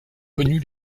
connus